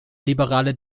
liberale